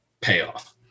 payoff